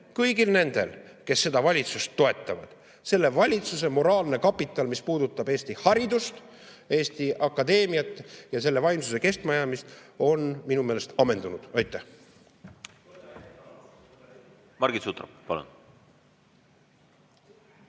kõigil nendel, kes seda valitsust toetavad. Selle valitsuse moraalne kapital, mis puudutab Eesti haridust, Eesti akadeemiat ja selle vaimsuse kestmajäämist, on minu meelest ammendunud. Aitäh! Aitäh veel